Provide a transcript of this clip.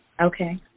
Okay